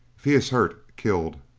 if he is hurt killed